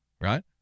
right